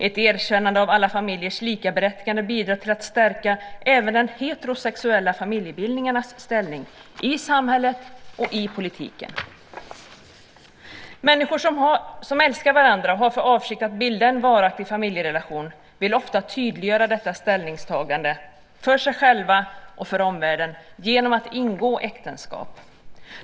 Ett erkännande av alla familjers likaberättigande bidrar till att stärka även de heterosexuella familjebildningarnas ställning i samhället och i politiken. Människor som älskar varandra och har för avsikt att bilda en varaktig familjerelation vill ofta tydliggöra detta ställningstagande för sig själva och för omvärlden genom att ingå äktenskap.